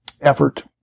effort